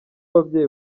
ababyeyi